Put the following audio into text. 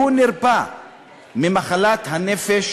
הוא נרפא ממחלת הנפש